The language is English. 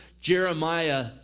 Jeremiah